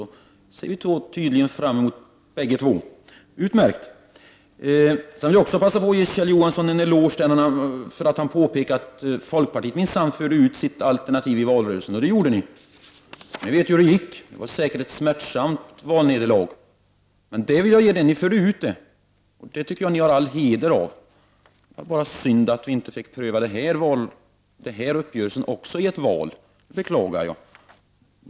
Det ser vi tydligen fram emot båda två. Utmärkt! Jag vill också passa på att ge Kjell Johansson en eloge för att han påpekade att folkpartiet minsann förde ut sitt alternativ i valrörelsen. Det gjorde ni, och vi vet ju hur det gick då. Det var säkert ett smärtsamt valnederlag. Men ni förde ut frågan och det har ni all heder av. Det var bara synd att vi inte fick pröva också den här uppgörelsen i samband med ett val. Det beklagar jag.